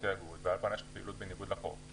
--- ועל פניו נראה שהן פעלו בניגוד לחוק.